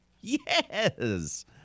Yes